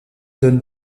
donne